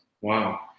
wow